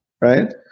right